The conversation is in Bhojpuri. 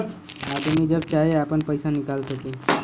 आदमी जब चाहे आपन पइसा निकाल सके